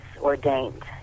ordained